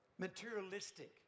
materialistic